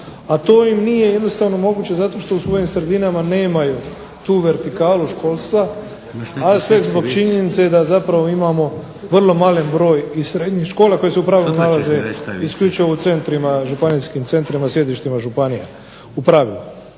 a to im nije jednostavno moguće zato što u svojim sredinama nemaju tu vertikalu školstva, a sve zbog činjenice da zapravo imamo vrlo mali broj i srednjih škola koje su u pravilu nalaze isključivo u centrima. županijskim centrima, sjedištima županija. U pravilu.